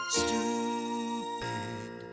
stupid